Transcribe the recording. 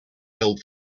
held